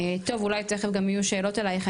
טוב, אולי, תכף גם יהיו שאלות אליך.